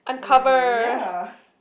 ya